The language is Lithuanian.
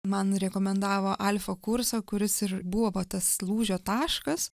man rekomendavo alfa kursą kuris ir buvo va tas lūžio taškas